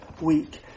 week